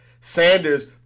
Sanders